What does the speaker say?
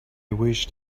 wished